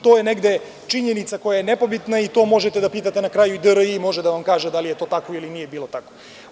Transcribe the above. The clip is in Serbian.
To je negde činjenica koja je nepobitna i to možete da pitate na kraju i DRI, može da vam kaže da li je to tako ili nije bilo tako.